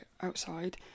outside